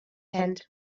tent